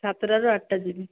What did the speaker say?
ସାତଟାରୁ ଆଠଟା ଯିବି